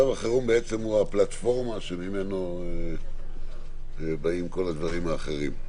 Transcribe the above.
מצב החירום הוא הפלטפורמה שממנה באים כל הדברים האחרים.